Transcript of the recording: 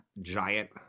giant